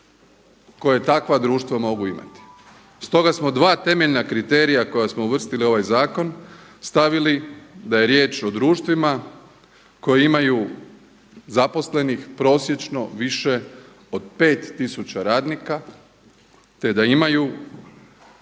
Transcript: koje takva društva mogu imati. Stoga smo dva temeljna kriterija koja smo uvrstili u ovaj zakon stavili da je riječ o društvima koji imaju zaposlenih prosječno više od pet tisuća radnika, te da imaju